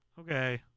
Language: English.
okay